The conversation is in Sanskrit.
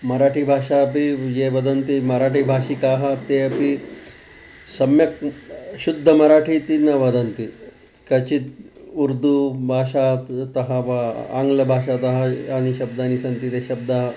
मराठीभाषा अपि ये वदन्ति मराठीभाषिकाः ते अपि सम्यक् शुद्धा मराठीति न वदन्ति कचित् उर्दू भाषातः तः वा आङ्ग्लभाषातः ये शब्दाः सन्ति ते शब्दाः